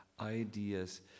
ideas